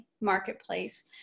marketplace